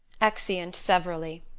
exeunt severally